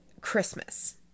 Christmas